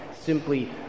simply